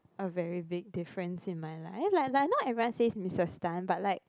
a very big different in my life lalala am I say Missus Tan but like